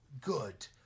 good